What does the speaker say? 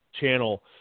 channel